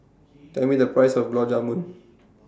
Tell Me The Price of Gulab Jamun